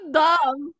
dumb